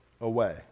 away